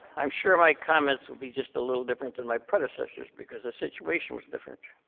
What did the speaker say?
i'm sure my comments will be just a little different than my predecessors, because the situation was different.